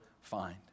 find